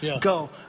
go